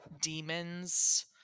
demons